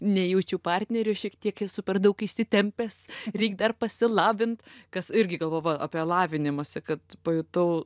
nejaučiu partnerio šiek tiek esu per daug įsitempęs reik dar pasilavint kas irgi galvoju va apie lavinimąsi kad pajutau